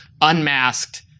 unmasked